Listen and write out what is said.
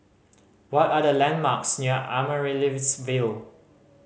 what are the landmarks near Amaryllis Ville